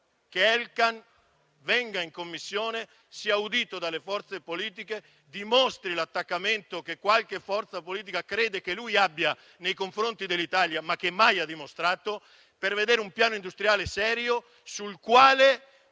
che Elkann venga in Commissione, sia audito dalle forze politiche e dimostri l'attaccamento che qualche forza politica crede che lui abbia nei confronti dell'Italia, ma che mai ha dimostrato, per farci vedere un piano industriale serio, in base